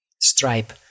Stripe